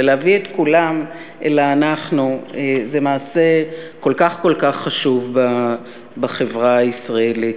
ולהביא את כולם אל ה"אנחנו" זה מעשה כל כך כל כך חשוב בחברה הישראלית.